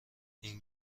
این